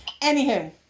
Anywho